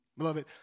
Beloved